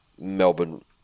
Melbourne